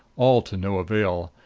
all to no avail.